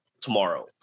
tomorrow